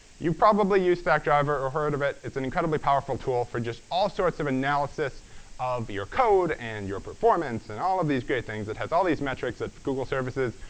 you've probably used stackdriver or heard of it. it's an incredibly powerful tool for just all sorts of analysis of your code and your performance and all of these great things. it has all these metrics of google services.